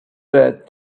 that